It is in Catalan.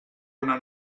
una